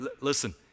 listen